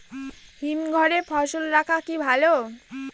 হিমঘরে ফসল রাখা কি ভালো?